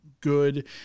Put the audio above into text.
good